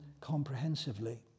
comprehensively